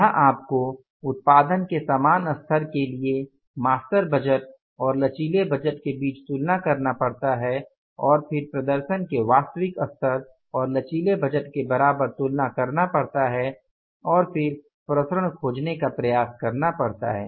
जहां आपको उत्पादन के समान स्तर के लिए स्थिर मास्टर बजट और लचीले बजट के बीच तुलना करना पड़ता है और फिर प्रदर्शन के वास्तविक स्तर और लचीले बजट के बराबर तुलना करना पड़ता है और फिर विचरण खोजने का प्रयास करना पड़ता है